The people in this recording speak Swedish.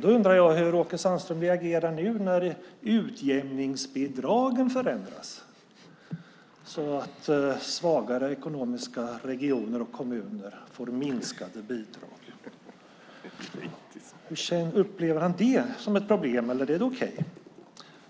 Då undrar jag hur Åke Sandström reagerar nu när utjämningsbidragen förändras, så att ekonomiskt svagare regioner och kommuner får minskade bidrag. Upplever han det som ett problem, eller är det okej?